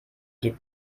geht